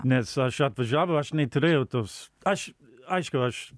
nes aš atvažiavau aš neturėjau tos aš aišku aš